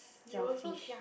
you also ya